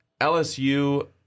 LSU